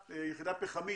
למה נצטרך פחם?